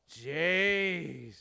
Jeez